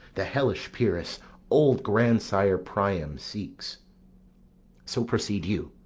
the hellish pyrrhus old grandsire priam seeks so, proceed you.